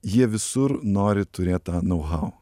jie visur nori turėt tą nau hau